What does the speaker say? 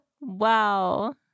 Wow